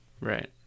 Right